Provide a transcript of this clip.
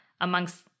amongst